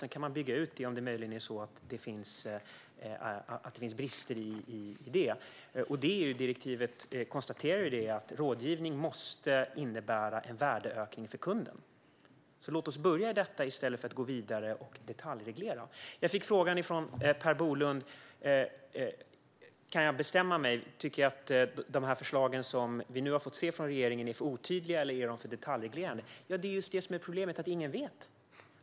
Sedan kan man bygga ut det om det möjligen finns brister. I EU-direktivet konstateras att rådgivning måste innebära en värdeökning för kunden. Så låt oss börja i detta i stället för att gå vidare och detaljreglera. Jag fick frågan från Per Bolund om jag kan bestämma mig - tycker jag att de förslag från regeringen som vi har fått se är för otydliga eller för detaljreglerande? Det är just det som är problemet: Ingen vet.